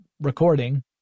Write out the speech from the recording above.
recording